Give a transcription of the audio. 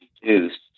reduced